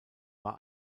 war